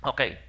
Okay